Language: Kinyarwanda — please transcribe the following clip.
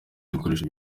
ibikoresho